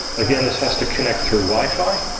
again, this has to connect through wi-fi.